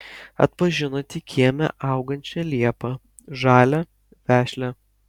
atpažino tik kieme augančią liepą žalią vešlią